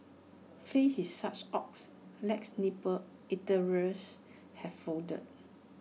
faced with such odds less nimble eateries have folded